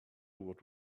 what